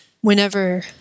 whenever